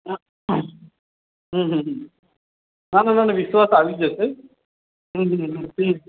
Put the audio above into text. હા હા હા હા ના ના ના ના વિશ્વાસ આવી જશે હા હા